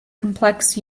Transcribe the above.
complex